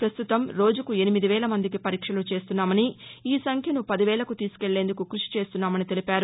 పస్తుతం రోజుకు ఎనిమిది వేల మందికి పరీక్షలు చేస్తున్నామని ఈ సంఖ్యను పది వేలకు తీసుకువెళ్లేందుకు క్బషి చేస్తున్నామని తెలిపారు